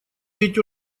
ведь